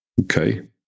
Okay